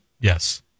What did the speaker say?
Yes